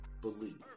believe